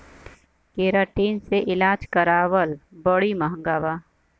keratin से इलाज करावल बड़ी महँगा बा